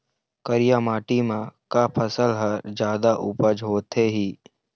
करिया माटी म का फसल हर जादा उपज होथे ही?